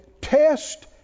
test